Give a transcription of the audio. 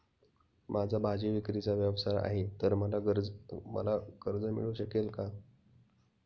माझा भाजीविक्रीचा व्यवसाय आहे तर मला कर्ज मिळू शकेल का?